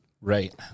Right